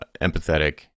empathetic